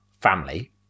family